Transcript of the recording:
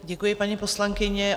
Děkuji, paní poslankyně.